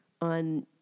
on